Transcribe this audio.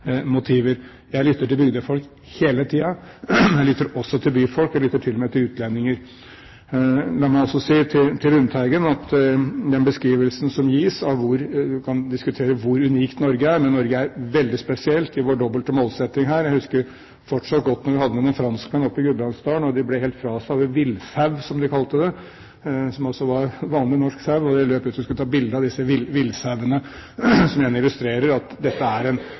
motiver. Jeg lytter til bygdefolk hele tiden, jeg lytter også til byfolk, og jeg lytter til og med til utlendinger. La meg si til Lundteigen at den beskrivelsen som gis av hvor unikt Norge er, kan vi diskutere, men Norge er veldig spesielt i sin dobbelte målsetting her. Jeg husker fortsatt godt da vi hadde med noen franskmenn opp i Gudbrandsdalen. De ble helt fra seg over villsau, som de kalte det, som altså var vanlig norsk sau. De løp ut og skulle ta bilder av disse villsauene, noe som igjen illustrerer at vi er